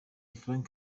frank